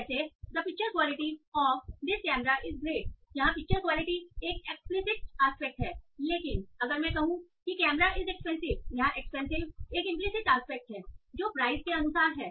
जैसे the picture quality of this camera is great यहां picture quality एक explicit aspect है लेकिन अगर मैं कहूं कि कैमरा इज एक्सपेंसिव यहां एक्सपेंसिव एक इंपलीसिट आस्पेक्ट है जो प्राइस के अनुसार है